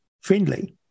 friendly